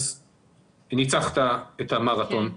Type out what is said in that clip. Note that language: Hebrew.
ניצחת את המרתון.